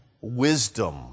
wisdom